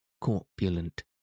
corpulent